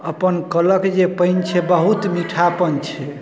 अपन कलक जे पानि छै बहुत मीठापन छै